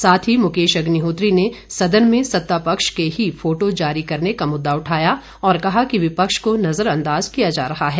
साथ ही मुकेश अग्निहोत्री ने सदन में सत्ता पक्ष के ही फोटो जारी करने का मुददा उठाया और कहा कि विपक्ष को नजरअंदाज किया जा रहा है